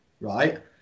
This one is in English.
right